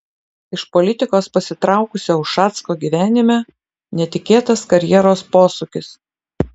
iš politikos pasitraukusio ušacko gyvenime netikėtas karjeros posūkis